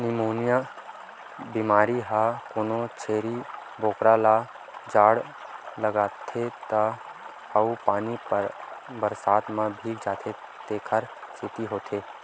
pneumonia बेमारी ह कोनो छेरी बोकरा ल जाड़ लागथे त अउ पानी बरसात म भीग जाथे तेखर सेती होथे